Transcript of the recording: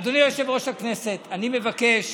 אדוני יושב-ראש הכנסת, אני מבקש